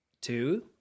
two